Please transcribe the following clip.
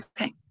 Okay